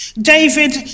David